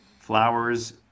Flowers